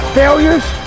failures